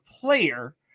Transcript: player